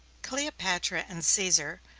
cleopatra and caesar,